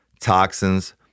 toxins